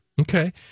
okay